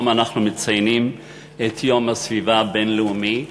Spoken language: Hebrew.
היום אנחנו מציינים את יום הסביבה הבין-לאומי,